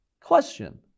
Question